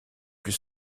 plus